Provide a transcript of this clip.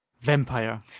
vampire